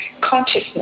consciousness